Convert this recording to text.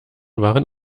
waren